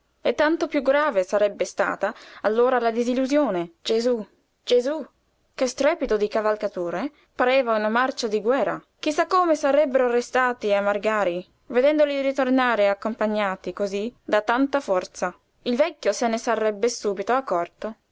e tanto piú grave sarebbe stata allora la disillusione gesú gesú che strepito di cavalcature pareva una marcia di guerra chi sa come sarebbero restati a màrgari vedendoli ritornare accompagnati cosí da tanta forza il vecchio se ne sarebbe subito accorto